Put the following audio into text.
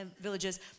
villages